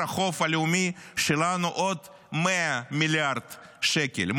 החוב הלאומי שלנו עוד 100 מיליארד שקל,